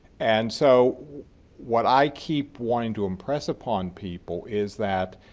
and so what i keep wanting to impress upon people is that,